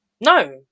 No